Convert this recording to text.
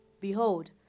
Behold